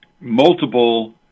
multiple